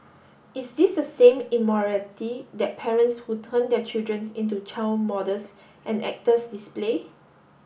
is this the same immorality that parents who turn their children into child models and actors display